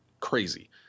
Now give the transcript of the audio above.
crazy